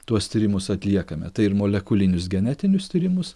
tuos tyrimus atliekame tai ir molekulinius genetinius tyrimus